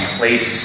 place